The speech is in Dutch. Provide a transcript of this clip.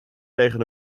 tegen